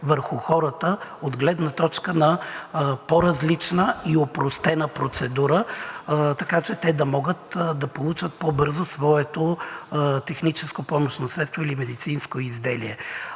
върху хората от гледна точка на по-различна и опростена процедура, така че те да могат да получат по-бързо своето техническо помощно средство или медицинско изделие.